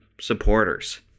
supporters